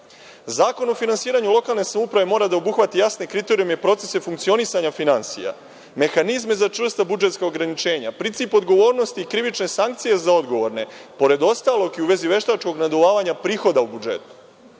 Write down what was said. Zakon o finansiranju lokalne samouprave mora da obuhvati jasne kriterijume i procese funkcionisanja finansija, mehanizme za čvrsta budžetska ograničenja, princip odgovornosti i krivične sankcije za odgovorne, pored ostalog i u vezi veštačkog naduvavanja prihoda u budžetu.